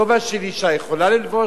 כובע של אשה, היא יכולה לחבוש